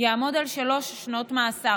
יעמוד על שלוש שנות מאסר.